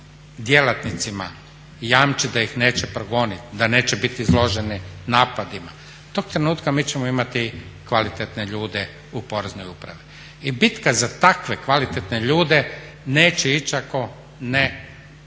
djelatnicima jamčiti da ih neće progoniti, da neće bit izloženi napadima tog trenutka mi ćemo imati kvalitetne ljude u Poreznoj upravi. I bitka za takve kvalitetne ljude neće ići ako ne shvatimo